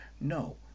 No